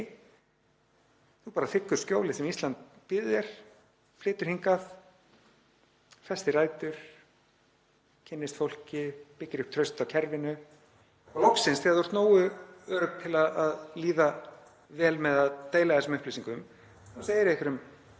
bara skjólið sem Ísland býður þér, flytur hingað, festir rætur, kynnist fólki, byggir upp traust á kerfinu og loksins þegar þú ert nógu örugg til að líða vel með að deila þessum upplýsingum þá segirðu einhverjum: